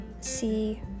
see